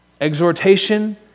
exhortation